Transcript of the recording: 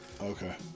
okay